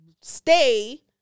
stay